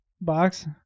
Box